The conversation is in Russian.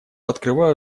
открываю